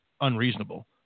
unreasonable